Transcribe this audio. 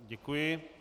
Děkuji.